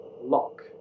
Lock